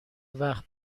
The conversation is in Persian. وقت